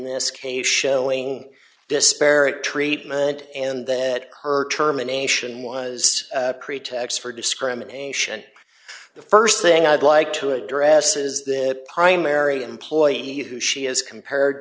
this case showing disparate treatment and that her terminations was create tax for discrimination the st thing i'd like to address is the primary employee who she is compared